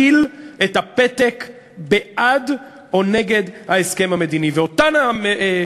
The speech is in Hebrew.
לגבי ההוראות בדבר אופן ניהול משאל